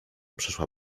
przeszła